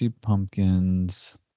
Pumpkins